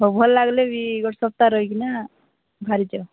ହଉ ଭଲ ଲାଗିଲେ ବି ଗୋଟେ ସପ୍ତାହ ରହିକିନି ବାହାରି ଯାଅ